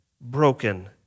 broken